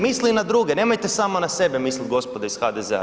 Misli i na druge, nemojte samo na sebe misliti gospodo iz HDZ-a.